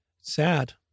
sad